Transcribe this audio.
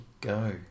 Go